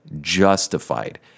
justified